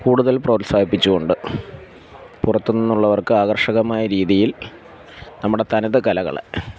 കൂടുതൽ പ്രോത്സാഹിപ്പിച്ചുകൊണ്ട് പുറത്തു നിന്നുള്ളവർക്ക് ആകർഷകമായ രീതിയിൽ നമ്മുടെ തനത് കലകളെ